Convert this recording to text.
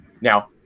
Now